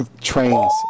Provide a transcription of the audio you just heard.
Trains